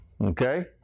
okay